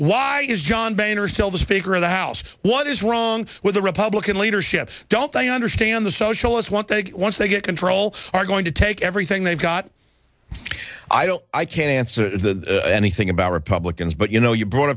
why is john boehner still the speaker of the house what is wrong with the republican leadership don't i understand the socialist want that once they get control are going to take everything they've got i don't i can't answer anything about republicans but you know you brought